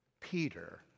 Peter